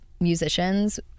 musicians